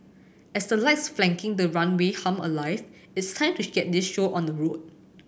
as the lights flanking the runway hum alive it's time to get this show on the road